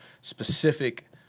specific